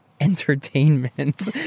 entertainment